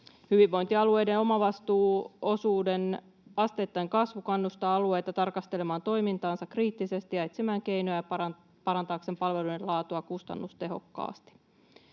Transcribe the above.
Hyvinvointialueiden omavastuuosuuden asteittain kasvu kannustaa alueita tarkastelemaan toimintaansa kriittisesti ja etsimään keinoja parantaa palvelujen laatua kustannustehokkaasti.